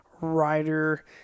rider